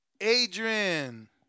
Adrian